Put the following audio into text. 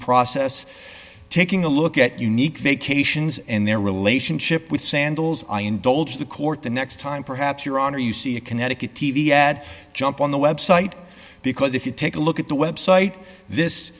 process taking a look at unique vacations and their relationship with sandals i indulge the court the next time perhaps your honor you see a connecticut t v ad jump on the website because if you take a look at the website this